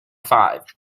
five